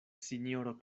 sinjoro